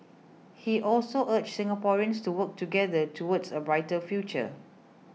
he also urged Singaporeans to work together towards a brighter future